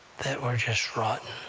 that were just rotten.